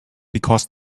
because